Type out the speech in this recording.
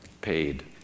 paid